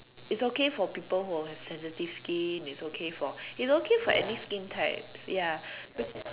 it's okay for people who have sensitive skin it's okay for it's okay for any skin types ya